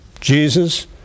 Jesus